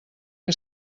que